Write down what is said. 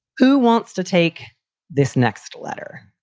who wants to take this next letter?